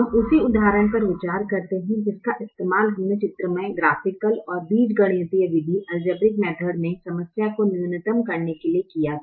हम उसी उदाहरण पर विचार करते हैं जिसका इस्तेमाल हमने चित्रमय और बीजगणितीय विधि में समस्या को न्यूनतम करने के लिए किया था